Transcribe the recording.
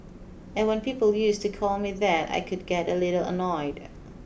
and when people used to call me that I could get a little annoyed